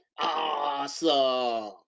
Awesome